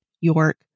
York